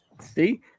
See